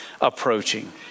approaching